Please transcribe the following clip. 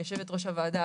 יושבת ראש הוועדה,